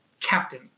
captain